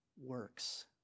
works